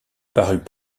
parut